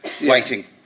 waiting